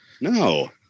No